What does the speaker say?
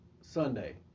Sunday